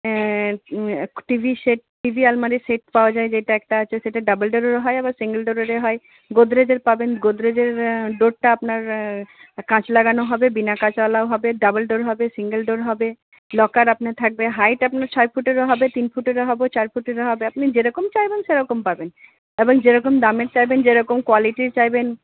TV set TV আলমারি set পাওয়া যায় যেটা একটা আছে সেটা ডবল ডোরেরও হয় আবার সিঙ্গেল ডোরেরও হয় গোদরেজের পাবেন গোদরেজের ডোরটা আপনার কাঁচ লাগানো হবে বিনা কাঁচওয়ালাও হবে ডবল ডোরও হবে সিঙ্গেল ডোরও হবে লকার আপনার থাকবে হাইট আপনার ছয় ফুটেরও হবে তিন ফুটেরও হবে চার ফুটেরও হবে আপনি যে রকম চাইবেন সেরকম পাবেন এবং যেরকম দামের চাইবেন যেরকম কোয়ালিটির চাইবেন